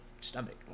stomach